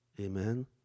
Amen